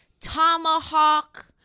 tomahawk